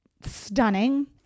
stunning